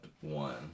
one